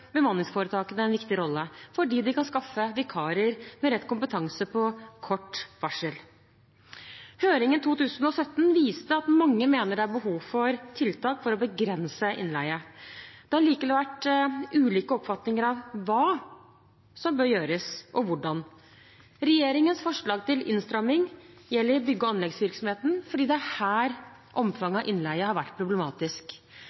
bemanningsforetakene en viktig rolle, fordi de kan skaffe vikarer med rett kompetanse på kort varsel. Høringen i 2017 viste at mange mener det er behov for tiltak for å begrense innleie. Det har likevel vært ulike oppfatninger om hva som bør gjøres, og hvordan. Regjeringens forslag til innstramming gjelder bygg- og anleggsvirksomheten, fordi det er her